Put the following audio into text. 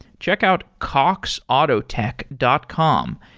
check out cox autotech dot com.